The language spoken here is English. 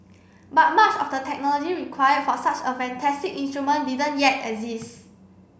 but much of the technology required for such a fantastic instrument didn't yet exist